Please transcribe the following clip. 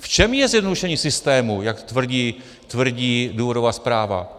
V čem je zjednodušení systému, jak tvrdí důvodová zpráva?